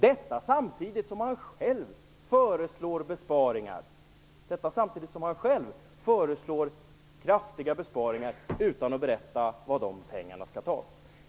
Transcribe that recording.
Detta samtidigt som han själv föreslår kraftiga besparingar utan att berätta var de pengarna skall tas.